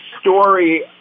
story